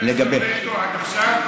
תמשיך להשתמש בווטו עד עכשיו?